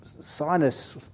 sinus